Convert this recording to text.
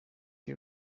you